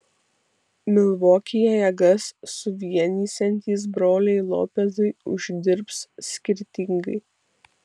milvokyje jėgas suvienysiantys broliai lopezai uždirbs skirtingai